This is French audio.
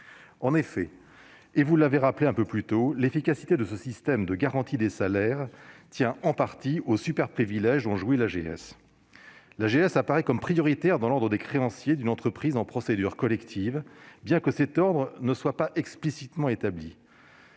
un centime au contribuable. Cela a été rappelé, l'efficacité de ce système de garantie des salaires tient pour partie au superprivilège dont jouit l'AGS. Celle-ci apparaît comme prioritaire dans l'ordre des créanciers d'une entreprise en procédure collective, bien que cet ordre ne soit pas explicitement établi.